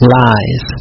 lies